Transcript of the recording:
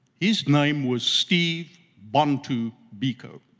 his name was steve bantu biko,